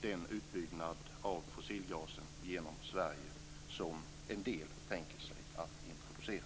den utbyggnad av fossilgasen genom Sverige som en del tänker sig att introducera.